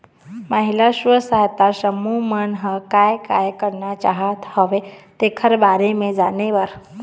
महिला स्व सहायता समूह मन ह काय काय करना चाहत हवय तेखर बारे म जाने बर